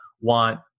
want